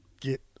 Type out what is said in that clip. get